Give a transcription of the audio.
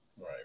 Right